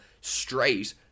straight